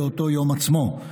באותו יום עצמו.